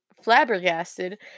flabbergasted